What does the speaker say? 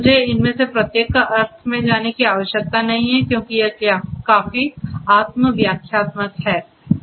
मुझे इनमें से प्रत्येक के अर्थ में जाने की आवश्यकता नहीं है क्योंकि यह काफी आत्म व्याख्यात्मक है